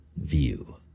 view